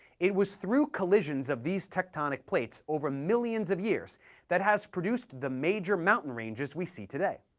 it was through collisions of these tectonic plates over millions of years that has produced the major mountain ranges we see today.